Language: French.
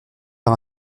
par